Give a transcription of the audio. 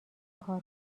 کار